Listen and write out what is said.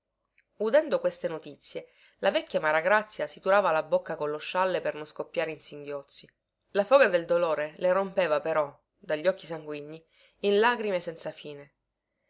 udendo queste notizie la vecchia maragrazia si turava la bocca con lo scialle per non scoppiare in singhiozzi la foga del dolore le rompeva però dagli occhi sanguigni in lagrime senza fine